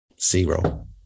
zero